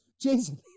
Jason